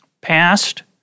past